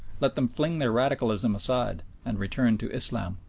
let them fling their radicalism aside and return to islam.